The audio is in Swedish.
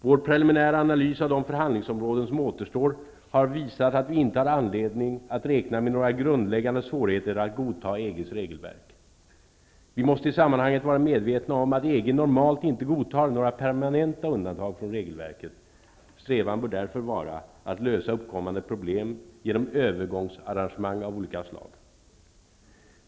Vår preliminära analys av de förhandlingsområden som återstår har visat att vi inte har anledning att räkna med några grundläggande svårigheter att godta EG:s regelverk. Vi måste i sammanhanget vara medvetna om att EG normalt inte godtar några permanenta undantag från regelverket. Strävan bör därför vara att lösa uppkommande problem genom övergångsarrangemang av olika slag.